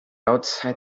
outside